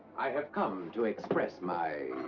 i have come to express my.